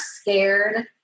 scared